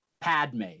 Padme